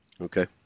Okay